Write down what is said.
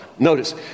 Notice